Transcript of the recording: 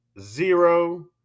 zero